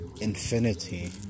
infinity